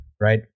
right